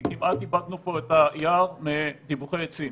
כי כמעט איבדנו פה את היער מדיווחי עצים